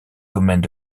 domaines